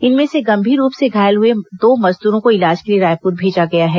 इनमें से गंभीर रूप से घायल हुए दो मजदूरों को इलाज के लिए रायपुर मेजा गया है